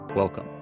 Welcome